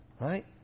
Right